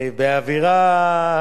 באווירת בחירות כזו,